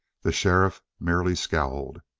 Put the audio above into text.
the sheriff merely scowled.